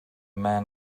man